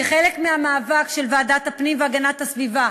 כחלק מהמאבק של ועדת הפנים והגנת הסביבה